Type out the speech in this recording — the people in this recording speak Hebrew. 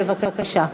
בבקשה.